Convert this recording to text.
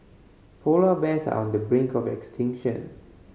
polar bears are on the brink of extinction